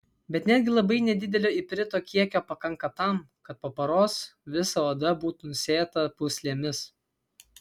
bet netgi labai nedidelio iprito kiekio pakanka tam kad po paros visa oda būtų nusėta pūslėmis